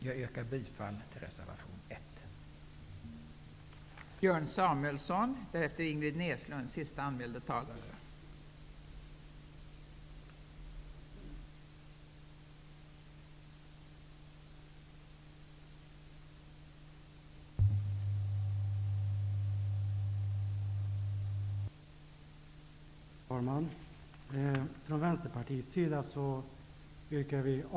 Jag yrkar bifall till reservation 1.